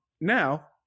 Now